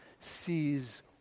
sees